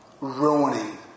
ruining